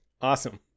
Awesome